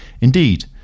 Indeed